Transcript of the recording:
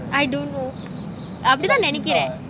I don't know அப்பிடிதான் நெனக்கிறேன்apidithan nenakiren